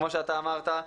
כמו שאתה אמרת,